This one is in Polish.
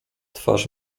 twarz